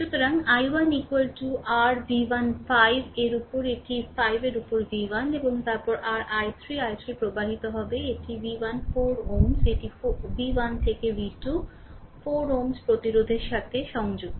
সুতরাং i1 r v1 5 এর উপর এটি 5 এর উপর v1 এবং তারপরে r i3 i3 প্রবাহিত হবে এটি v 1 4 Ω এটি v 1 থেকে v 2 4 Ω প্রতিরোধের সাথে সংযুক্ত